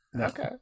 Okay